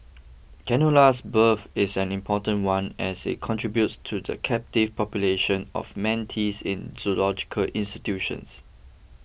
Canola's birth is an important one as it contributes to the captive populations of manatees in zoological institutions